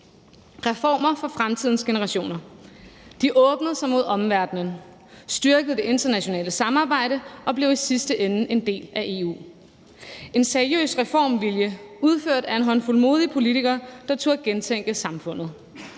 reformer for fremtidens generationer. De åbnede sig mod omverdenen, styrkede det internationale samarbejde og blev i sidste ende en del af EU. Det var en seriøs reformvilje udført af en håndfuld modige politikere, der turde gentænke samfundet